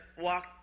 walk